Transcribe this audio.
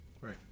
Right